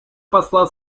посла